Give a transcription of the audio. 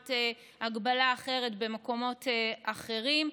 לעומת הגבלה אחרת במקומות אחרים.